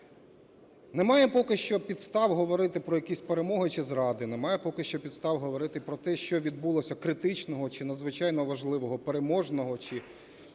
Немає поки що підстав говорити про якісь перемоги чи зради, немає поки що підстав говорити про те, що відбулося критичного чи надзвичайно важливого, переможного чи